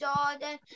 Jordan